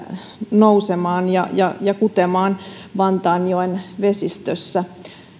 nousemaan ja ja kutemaan vantaanjoen vesistössä